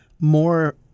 more